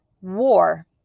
war